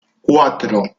cuatro